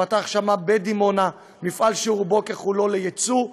שנפתח בדימונה, ורובו ככולו ליצוא.